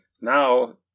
Now